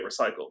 recycled